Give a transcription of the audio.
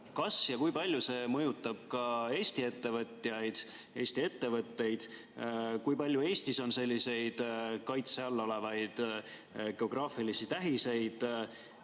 Kas ja kui palju see mõjutab Eesti ettevõtjaid, Eesti ettevõtteid? Kui palju on Eestis selliseid kaitse all olevaid geograafilisi tähiseid?